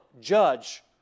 judge